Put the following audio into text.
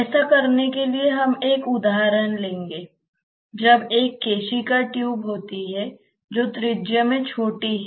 ऐसा करने के लिए हम एक उदाहरण लेंगे जब एक केशिका ट्यूब होती है जो त्रिज्या में छोटी है